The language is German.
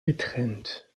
getrennt